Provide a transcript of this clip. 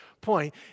point